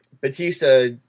Batista